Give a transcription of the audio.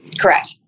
Correct